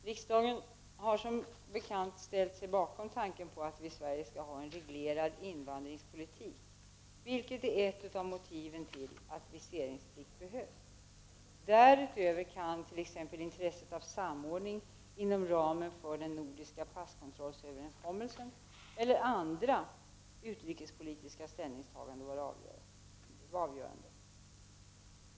Riksdagen har som bekant ställt sig bakom tanken att vi i Sverige skall ha en reglerad invandringspolitik, vilket är ett av motiven till att viseringsplikt behövs. Därutöver kan t.ex. intresset av samordning inom ramen för den nordiska passkontrollöverenskommelsen eller andra utrikespolitiska ställningstaganden vara avgörande.